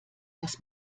dass